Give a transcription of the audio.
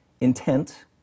intent